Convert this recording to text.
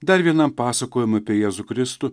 dar vienam pasakojimui apie jėzų kristų